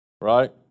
right